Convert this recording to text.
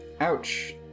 Ouch